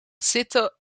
zitten